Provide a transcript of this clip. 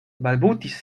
balbutis